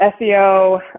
SEO